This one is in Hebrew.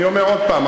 אני אומר עוד הפעם,